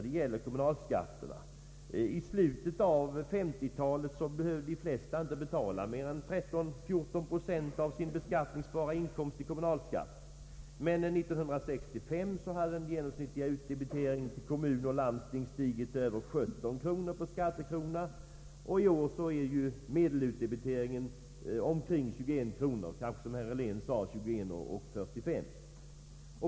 I slutet av 1950-talet behövde de flesta inte betala mer än 13—14 procent av sin beskattningsbara inkomst i kommunalskatt. Men 1965 hade den genomsnittliga utdebiteringen till kommuner och landsting stigit till över 17 kronor per skattekrona, och i år ligger medelutdebiteringen på cirka 21 kronor, eller kanske som herr Helén sade 21:45.